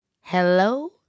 hello